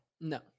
No